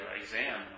exam